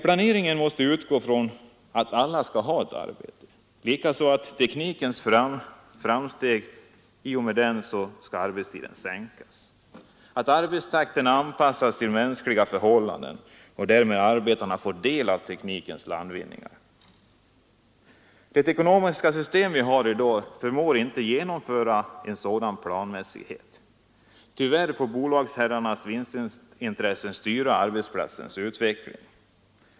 Planeringen måste utgå från att alla skall ha arbete, att arbetstiden sänks med teknikens framsteg, att arbetstakten anpassas till mänskliga förhållanden och att därmed arbetaren får del av teknikens landvinningar. Det ekonomiska system vi har i dag förmår inte genomföra en sådan planmässighet. Tyvärr får bolagsherrarnas vinstintressen styra arbetsplatsernas utveckling.